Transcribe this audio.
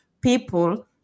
people